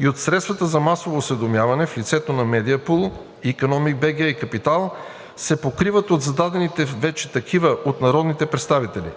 и от средствата за масово осведомяване в лицето на Mediapool.bg, Economic.bg и „Капитал“ се покриват от зададените вече такива от народните представители.